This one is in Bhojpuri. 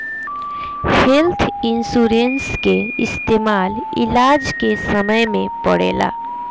हेल्थ इन्सुरेंस के इस्तमाल इलाज के समय में पड़ेला